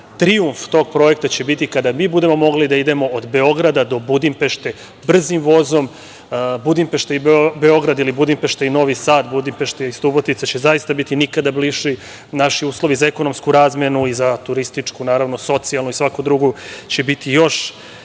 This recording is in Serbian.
trijumf tog projekta će biti kada mi budemo mogli da idemo od Beograda do Budimpešte brzim vozom. Budimpešta i Beograd ili Budimpešta i Novi Sad, Budimpešta i Subotica će zaista biti nikada bliži. Naši uslovi za ekonomsku razmenu i za turističku, socijalnu i svaku drugu će biti još